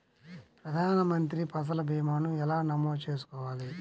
ప్రధాన మంత్రి పసల్ భీమాను ఎలా నమోదు చేసుకోవాలి?